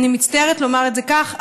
אני מצטערת לומר את זה כך,